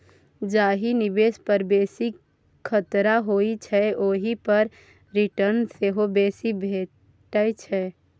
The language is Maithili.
जाहि निबेश पर बेसी खतरा होइ छै ओहि पर रिटर्न सेहो बेसी भेटै छै